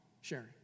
sharing